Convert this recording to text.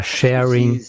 sharing